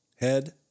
head